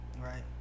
right